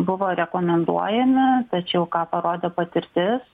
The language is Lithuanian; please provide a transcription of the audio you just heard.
buvo rekomenduojami tačiau ką parodė patirtis